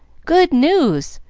good news!